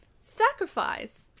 sacrifice